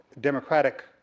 democratic